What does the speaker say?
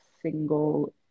single